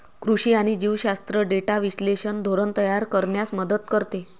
कृषी आणि जीवशास्त्र डेटा विश्लेषण धोरण तयार करण्यास मदत करते